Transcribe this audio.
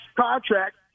contract